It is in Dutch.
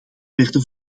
werden